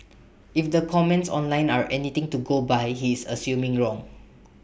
if the comments online are anything to go by he is assuming wrong